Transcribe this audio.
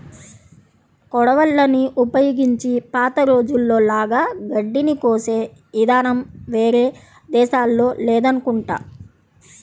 కొడవళ్ళని ఉపయోగించి పాత రోజుల్లో లాగా గడ్డిని కోసే ఇదానం వేరే దేశాల్లో లేదనుకుంటా